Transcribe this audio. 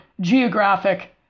geographic